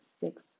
six